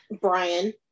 brian